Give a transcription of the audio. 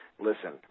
Listen